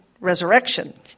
resurrection